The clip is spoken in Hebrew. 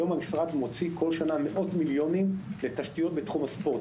היום המשרד מוציא בכל שנה מאות מיליוני שקלים לתשתיות בתחום הספורט.